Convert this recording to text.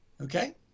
okay